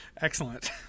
Excellent